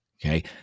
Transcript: Okay